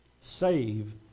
save